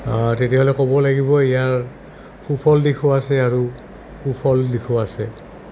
তেতিয়াহ'লে ক'ব লাগিব ইয়াৰ সুফল দিশো আছে আৰু কুফল দিশো আছে